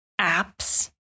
apps